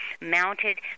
mounted